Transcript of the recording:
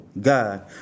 God